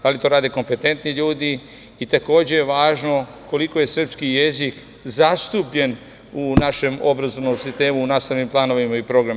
Da li to rade kompetentni ljudi i takođe je važno koliko je srpski jezik zastupljen u našem obrazovnom sistemu u nastavnim planovima i programima.